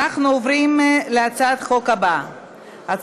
אנחנו עוברים להצעת החוק הבאה,